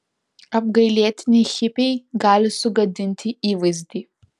apgailėtini hipiai gali sugadinti įvaizdį